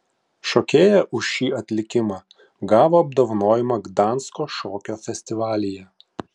šokėja už šį atlikimą gavo apdovanojimą gdansko šokio festivalyje